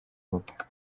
kuvuga